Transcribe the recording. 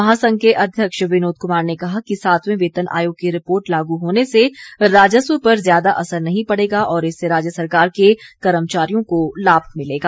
महासंघ के अध्यक्ष विनोद कुमार ने कहा कि सातयें येतन आयोग की रिपोर्ट लागू होने से राजस्व पर ज्यादा असर नहीं पड़ेगा और इससे राज्य सरकार के कर्मचारियों को लाभ मिलेगा